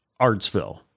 Artsville